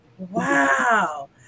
wow